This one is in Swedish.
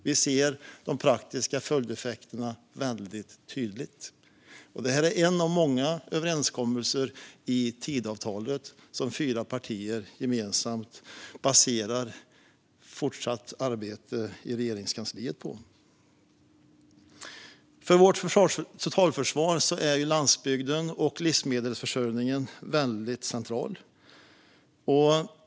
Vi ser de praktiska följdeffekterna väldigt tydligt. Detta är en av många överenskommelser i Tidöavtalet som fyra partier gemensamt baserar fortsatt arbete i Regeringskansliet på. För vårt totalförsvar är landsbygden och livsmedelsförsörjningen av väldigt central betydelse.